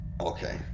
Okay